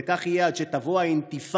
וכך יהיה עד שתבוא האינתיפאדה